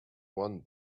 one